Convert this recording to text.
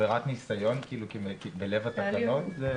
עבירת ניסיון בלב התקנות.